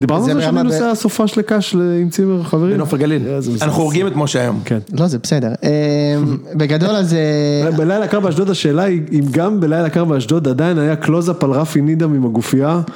דיברנו על זה שאני נוסע סופ״ש לקאש עם צימר וחברים. בנוף הגליל, אנחנו הורגים את משה היום. כן. לא, זה בסדר. בגדול אז... בלילה קר באשדוד השאלה היא, אם גם בלילה קר באשדוד עדיין היה קלוזאפ על רפי נידם עם הגופיה.